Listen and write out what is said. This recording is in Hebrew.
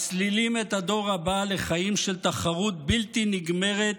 מסלילים את הדור הבא לחיים של תחרות בלתי נגמרת